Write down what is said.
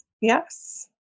Yes